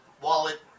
wallet